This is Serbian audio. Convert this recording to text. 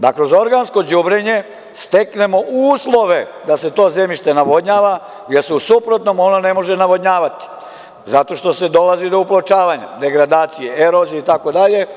Dakle, za organsko đubrenje steknemo uslove da se to zemljište navodnjava jer se, u suprotnom, ono ne može navodnjavati, zato što se dolazi do upločavanja, degradacije, erozije itd.